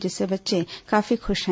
जिससे बच्चे काफी खुश है